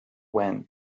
went